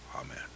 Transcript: amen